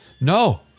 No